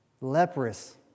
leprous